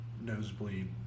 nosebleed